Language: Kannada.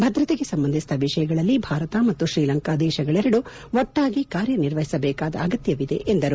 ಭದ್ರತೆಗೆ ಸಂಬಂಧಿಸಿದ ವಿಷಯಗಳಲ್ಲಿ ಭಾರತ ಮತ್ತು ಶ್ರೀಲಂಕಾ ದೇಶಗಳೆರಡೂ ಒಟ್ಟಾಗಿ ಕಾರ್ಯ ನಿರ್ವಹಿಸಬೇಕಾದ ಅಗತ್ಯವಿದೆ ಎಂದರು